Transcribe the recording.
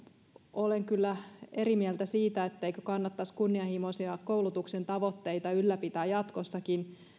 olen kyllä eri mieltä siitä etteikö kannattaisi kunnianhimoisia koulutuksen tavoitteita ylläpitää jatkossakin